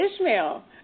Ishmael